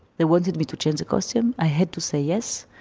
they wanted me to change the costumes, i had to say yes,